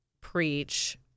preach